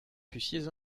fussiez